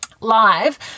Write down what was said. live